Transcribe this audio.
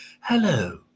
hello